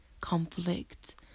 conflict